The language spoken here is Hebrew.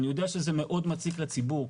אני יודע שזה מאוד מציק לציבור,